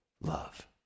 love